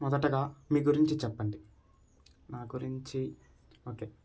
మొదటగా మీ గురించి చెప్పండి నా గురించి ఓకే